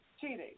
cheating